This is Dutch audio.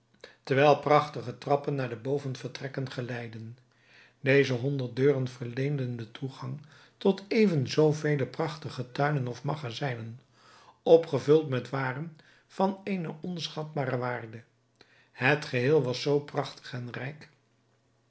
terwijl prachtige trappen naar de bovenvertrekken geleidden deze honderd deuren verleenden den toegang tot even zoo vele prachtige tuinen of magazijnen opgevuld met waren van eene onschatbare waarde het geheel was zoo prachtig en rijk